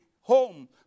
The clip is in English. home